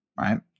Right